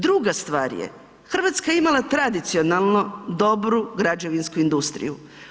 Druga stvar je, Hrvatska je imala tradicionalno dobru građevinsku industriju.